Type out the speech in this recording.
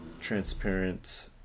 transparent